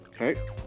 Okay